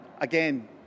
Again